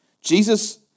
Jesus